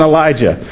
Elijah